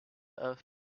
earth